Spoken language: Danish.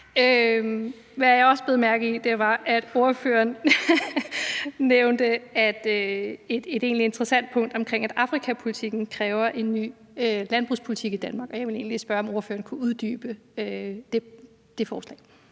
jeg også bed mærke i, var, at ordføreren nævnte et egentlig interessant punkt omkring, at afrikapolitikken kræver en ny landbrugspolitik i Danmark, og jeg vil spørge, om ordføreren kunne uddybe det forslag.